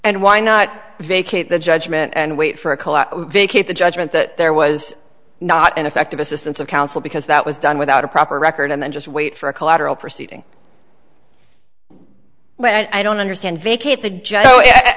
and why not vacate the judgment and wait for a car vacate the judgment that there was not ineffective assistance of counsel because that was done without a proper record and then just wait for a collateral proceeding when i don't understand vacate the jo